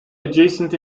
adjacent